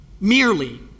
merely